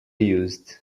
used